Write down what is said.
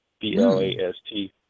B-L-A-S-T